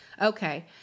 Okay